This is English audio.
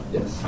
Yes